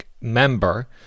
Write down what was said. member